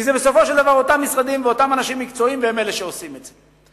כי בסופו של דבר זה אותם משרדים ואותם אנשי מקצוע והם אלה שעושים את זה.